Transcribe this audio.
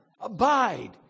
abide